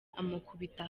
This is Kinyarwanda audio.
amukubita